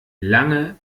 lange